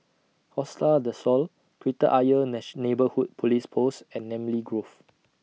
Costa Del Sol Kreta Ayer Neighbourhood Police Post and Namly Grove